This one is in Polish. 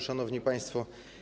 Szanowni Państwo!